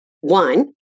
One